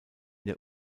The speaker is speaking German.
der